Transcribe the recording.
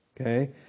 okay